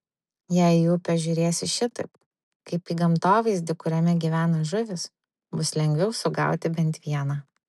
jei į upę žiūrėsi šitaip kaip į gamtovaizdį kuriame gyvena žuvys bus lengviau sugauti bent vieną